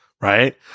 right